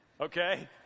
okay